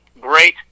great